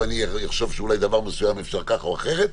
ואני אחשוב שאולי דבר מסוים אפשר ככה או אחרת,